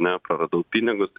ne praradau pinigus